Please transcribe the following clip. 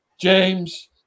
James